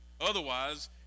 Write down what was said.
Otherwise